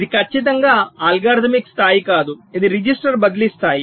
ఇది ఖచ్చితంగా అల్గోరిథమిక్ స్థాయి కాదు ఇది రిజిస్టర్ బదిలీ స్థాయి